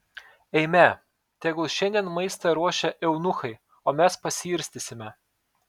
eime tegul šiandien maistą ruošia eunuchai o mes pasiirstysime